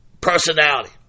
personality